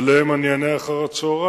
שעליהם אני אדבר אחר-הצהריים,